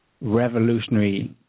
revolutionary